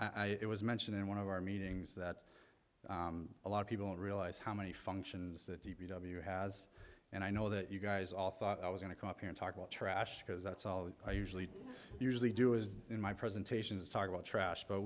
and i it was mentioned in one of our meetings that a lot of people don't realize how many functions that d p w has and i know that you guys all thought i was going to come up here and talk about trash because that's all i usually usually do is in my presentations talk about trash but